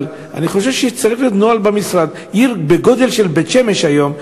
אבל אני חושב שצריך להיות נוהל במשרד: עיר בגודל של בית-שמש היום,